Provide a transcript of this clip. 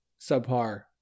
subpar